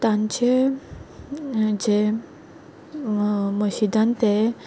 तांचें जें मशीदान ते